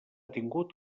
tingut